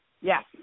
Yes